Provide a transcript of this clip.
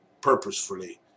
purposefully